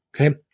Okay